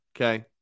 okay